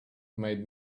made